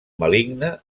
maligne